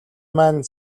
маань